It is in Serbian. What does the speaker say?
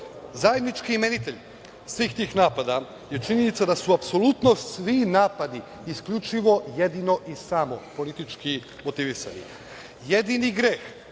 Srbije. Zajednički imenitelj svih tih napada je činjenica da su apsolutno svi napadi isključivo, jedino i samo politički motivisani. Jedini greh